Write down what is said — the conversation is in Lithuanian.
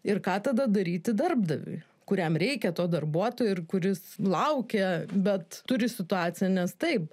ir ką tada daryti darbdaviui kuriam reikia to darbuotojo ir kuris laukia bet turi situaciją nes taip